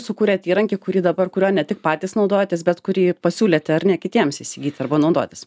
sukūrėt įrankį kurį dabar kuriuo ne tik patys naudojatės bet kurį pasiūlėte ar ne kitiems įsigyti arba naudotis